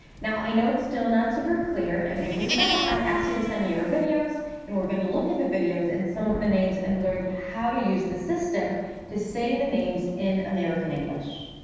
now i know it's still not super clear and because of that i asked you to send me your videos and we're gonna look at the videos and some of the names and learn how to use the system to say the names in american english.